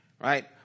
right